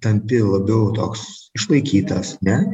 tampi labiau toks išlaikytas ne